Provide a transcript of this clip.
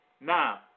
Now